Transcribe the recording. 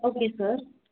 okay sir